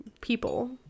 people